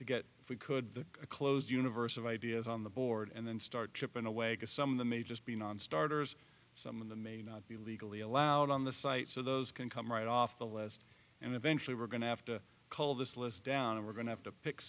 to get if we could the closed universe of ideas on the board and then start chipping away because some of the may just be nonstarters some of the may not be legally allowed on the site so those can come right off the list and eventually we're going to have to call this list down and we're going to have to pick